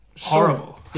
horrible